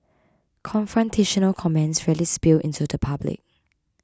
confrontational comments rarely spill into the public